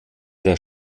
der